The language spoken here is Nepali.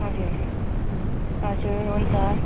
हजुर हजुर हुन्छ